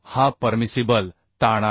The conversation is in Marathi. हा परमिसिबल ताण आहे